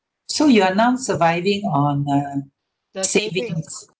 so you are now surviving on uh savings